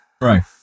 Right